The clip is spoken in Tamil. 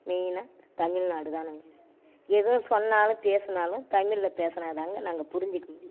மெயினாக தமிழ்நாடுதானுங்க எதுவும் சொன்னாலும் பேசுனாலும் தமிழில் பேசுனாதாங்க நாங்கள் புரிஞ்சுக்க முடியும்